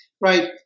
right